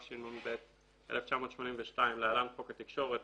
התשמ"ב-1982 (להלן - חוק התקשורת),